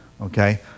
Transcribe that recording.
Okay